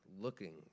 looking